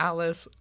Alice